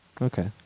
Okay